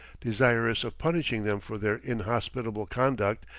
desirous of punishing them for their inhospitable conduct,